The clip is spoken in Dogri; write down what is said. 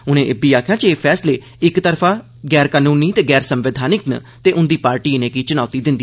उनें इब्बी आखेआ जे एह फैसले इकतरफा गैर कनूनी ते गैर संवैधानिक न ते उंदी पार्टी इनें'गी चुनौती देग